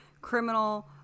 Criminal